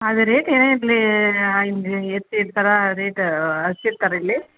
ಅದು ರೇಟ್ ಏನೇ ಇರಲಿ ಎತ್ತು ಇಡ್ತಾರ ರೇಟ್ ಹಚ್ಚಿಡ್ತಾರೆ ಇಲ್ಲಿ